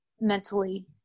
mentally